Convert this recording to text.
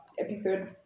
episode